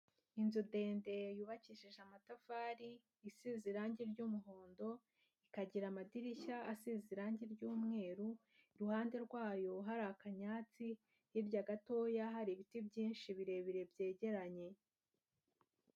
Inzu ndende yubakishije amatafari, isize irangi ry'umuhondo, ikagira amadirishya asize irangi ry'umweru, iruhande rwayo hari akanyatsi, hirya gatoya hari ibiti byinshi birebire byegeranye.